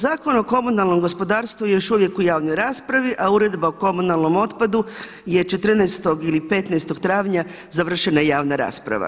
Zakon o komunalnom gospodarstvu još uvijek u javnoj raspravi a Uredba o komunalnom otpadu je 14. ili 15. travnja završena javna rasprava.